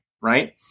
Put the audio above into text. right